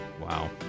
Wow